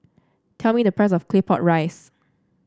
tell me the price of Claypot Rice